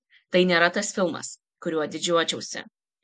tai nėra tas filmas kuriuo didžiuočiausi